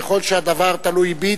ככל שהדבר תלוי בי,